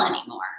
anymore